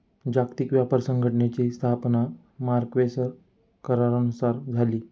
जागतिक व्यापार संघटनेची स्थापना मार्क्वेस करारानुसार झाली